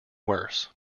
worse